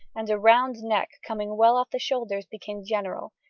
and a round neck coming well off the shoulders became general,